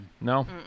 No